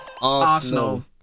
Arsenal